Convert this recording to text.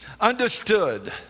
understood